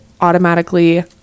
automatically